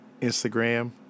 Instagram